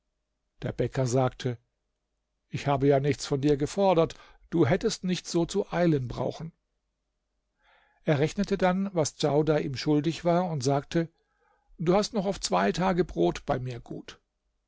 der bäcker sagte ich habe ja nichts von dir gefordert du hättest nicht so zu eilen brauchen er rechnete dann was djaudar ihm schuldig war und sagte du hast noch auf zwei tage brot bei mir gut